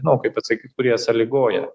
nu kaip pasakyt kurie sąlygoja